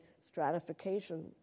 stratification